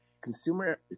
consumer